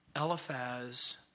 Eliphaz